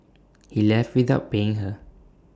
he left without paying her